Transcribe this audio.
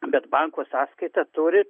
bet banko sąskaitą turi